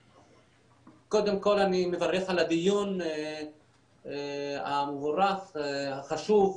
קודם כל אני מברך על הדיון המבורך, החשוב,